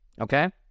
Okay